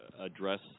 address